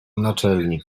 naczelnik